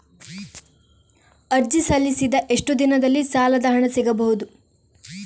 ಅರ್ಜಿ ಸಲ್ಲಿಸಿದ ಎಷ್ಟು ದಿನದಲ್ಲಿ ಸಾಲದ ಹಣ ಸಿಗಬಹುದು?